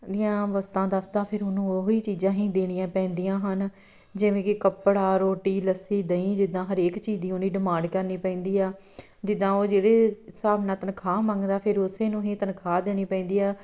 ਦੀਆਂ ਵਸਤਾਂ ਦੱਸਦਾ ਫਿਰ ਉਹਨੂੰ ਉਹ ਹੀ ਚੀਜ਼ਾਂ ਹੀ ਦੇਣੀਆਂ ਪੈਂਦੀਆਂ ਹਨ ਜਿਵੇਂ ਕਿ ਕੱਪੜਾ ਰੋਟੀ ਲੱਸੀ ਦਹੀਂ ਜਿੱਦਾਂ ਹਰੇਕ ਚੀਜ਼ ਦੀ ਉਹਨੇ ਡਿਮਾਂਡ ਕਰਨੀ ਪੈਂਦੀ ਆ ਜਿੱਦਾਂ ਉਹ ਜਿਹੜੇ ਹਿਸਾਬ ਨਾਲ ਤਨਖਾਹ ਮੰਗਦਾ ਫਿਰ ਉਸੇ ਨੂੰ ਹੀ ਤਨਖਾਹ ਦੇਣੀ ਪੈਂਦੀ ਆ